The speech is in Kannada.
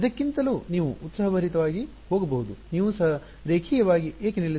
ಇದಕ್ಕಿಂತಲೂ ನೀವು ಉತ್ಸಾಹಭರಿತರಾಗಿ ಹೋಗಬಹುದು ನೀವು ಸಹ ರೇಖೀಯವಾಗಿ ಏಕೆ ನಿಲ್ಲಿಸಬಹುದು